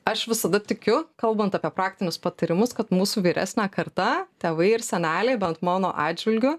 aš visada tikiu kalbant apie praktinius patarimus kad mūsų vyresnė karta tėvai ir seneliai bent mano atžvilgiu